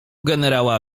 generała